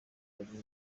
yari